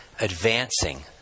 advancing